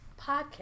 podcast